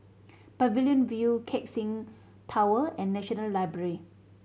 Pavilion View Keck Seng Tower and National Library